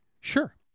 sure